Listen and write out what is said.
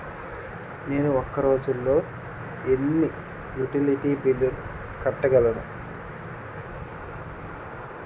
నేను ఒక రోజుల్లో ఎన్ని యుటిలిటీ బిల్లు కట్టగలను?